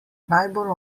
najbolj